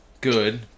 good